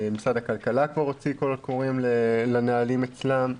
משרד הכלכלה כבר הוציא קולות קוראים לנהלים אצלם.